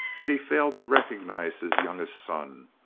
that he failed to recognize his youngest son,